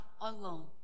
alone